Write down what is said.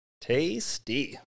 Tasty